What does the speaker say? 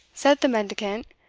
said the mendicant,